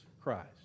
Christ